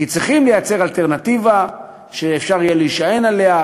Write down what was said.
כי צריכים לייצר אלטרנטיבה שאפשר יהיה להישען עליה.